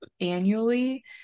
annually